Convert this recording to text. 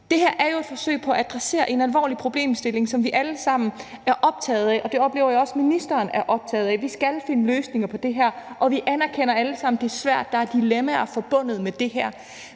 Det her er jo et forsøg på at adressere en alvorlig problemstilling, som vi alle sammen er optaget af. Det oplever jeg også ministeren er optaget af. Vi skal finde løsninger på det her, og vi anerkender alle sammen, at det er svært; der er dilemmaer forbundet med det her.